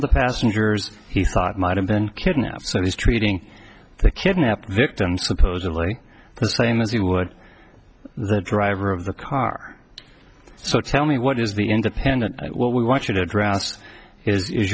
of the passengers he thought might have been kidnapped so he's treating the kidnap victim supposedly the same as you would the driver of the car so tell me what is the independent and what we want you to address is